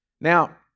Now